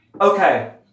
okay